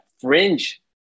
fringe